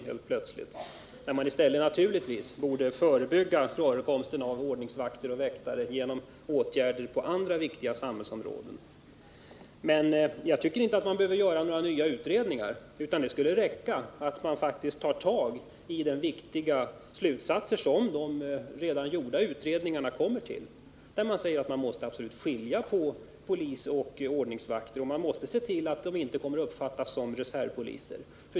I stället borde man naturligtvis förebygga behovet av ordningsvakter och väktare genom åtgärder på andra viktiga samhällsområden. Jag tycker emellertid inte att det behövs några nya utredningar. Det skulle räcka att vi beaktar de viktiga slutsatser som de redan gjorda utredningarna har kommit till, där man säger att vi måste skilja på polis och ordningsvakter och se till att ordningsvakterna inte uppfattas som reservpoliser.